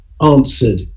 answered